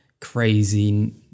crazy